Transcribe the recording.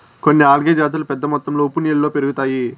కొన్ని ఆల్గే జాతులు పెద్ద మొత్తంలో ఉప్పు నీళ్ళలో పెరుగుతాయి